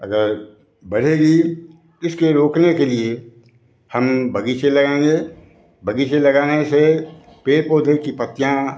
अगर बढ़ेगी इसके रोकने के लिए हम बग़ीचे लगाएँगे बग़ीचे लगाने से पेड़ पौधों की पत्तियाँ